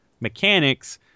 mechanics